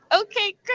okay